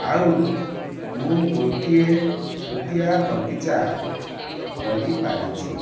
ଆଉ ମୁଁ ଗୋଟିଏ ଛୋଟିଆ ବଗିଚା କରିପାରିଛି